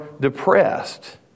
depressed